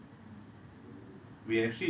so சத்தியம் வந்து:sathiyam vanthu